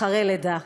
אחרי לידה,